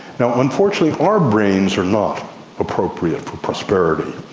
now, unfortunately our brains are not appropriate for prosperity.